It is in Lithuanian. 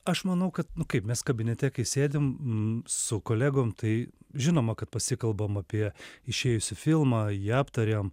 aš manau kad kaip mes kabinete kai sėdim su kolegom tai žinoma kad pasikalbam apie išėjusį filmą jį aptariam